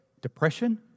depression